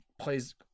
plays